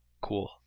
Cool